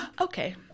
okay